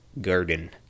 Garden